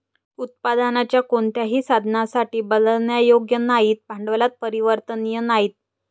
उत्पादनाच्या कोणत्याही साधनासाठी बदलण्यायोग्य नाहीत, भांडवलात परिवर्तनीय नाहीत